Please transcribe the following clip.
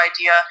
idea